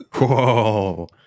Whoa